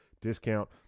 discount